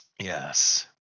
Yes